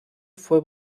fue